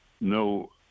no